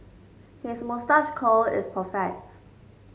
his moustache curl is perfects